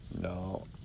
No